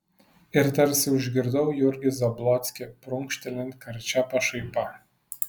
ir tarsi užgirdau jurgį zablockį prunkštelint karčia pašaipa